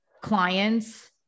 clients